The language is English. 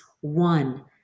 One